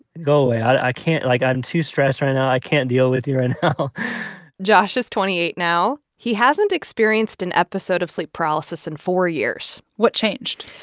go away. i can't like, i'm too stressed right now. i can't deal with you right and now josh is twenty eight now. he hasn't experienced an episode of sleep paralysis in four years what changed?